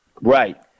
right